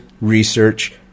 research